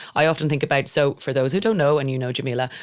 i often think about, so for those who don't know and you know, jamila,